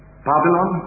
Babylon